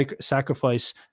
sacrifice